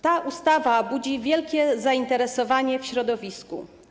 Ta ustawa budzi wielkie zainteresowanie w środowisku.